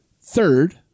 third